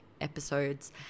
episodes